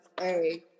Hey